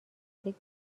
نزدیک